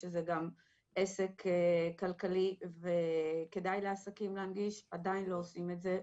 שזה גם עסק כלכלי וכדאי לעסקים להנגיש ועדיין לא עושים את זה,